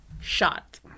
shot